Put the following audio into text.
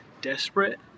desperate